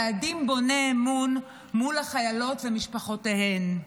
לבצע צעדים בוני אמון מול החיילות ומשפחותיהן.